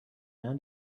man